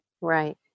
right